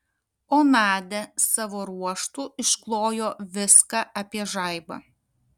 o nadia savo ruožtu išklojo viską apie žaibą